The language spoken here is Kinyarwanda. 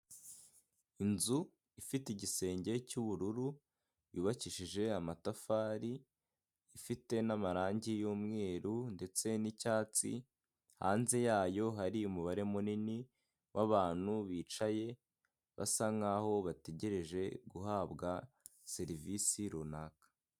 Inzu ifite igisenge cy'ubururu, yubakishije amatafari, ifite n'amarangi y'umweru ndetse n'icyatsi, hanze yayo hari umubare munini w'abantu bicaye basa nkaho bategereje guhabwa serivisi runaka.